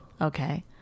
Okay